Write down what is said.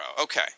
okay